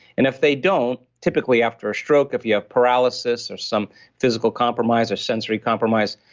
and if they don't, typically after a stroke, if you have paralysis or some physical compromise or sensory compromise,